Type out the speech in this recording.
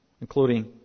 including